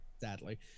Sadly